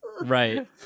right